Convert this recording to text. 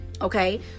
okay